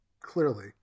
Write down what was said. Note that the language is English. clearly